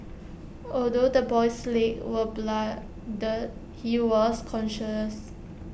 although the boy's legs were bloodied he was conscious